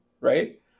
right